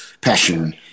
passion